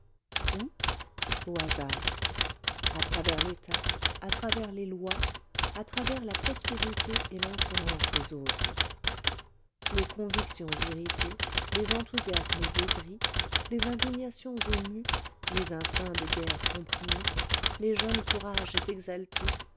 au hasard à travers l'état à travers les lois à travers la prospérité et l'insolence des autres les convictions irritées les enthousiasmes aigris les indignations émues les instincts de guerre comprimés les jeunes courages exaltés